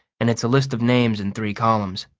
and it's a list of names in three columns.